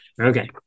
Okay